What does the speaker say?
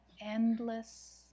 endless